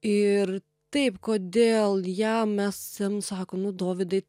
ir taip kodėl jam mes jam sakom nu dovydai